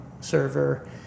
server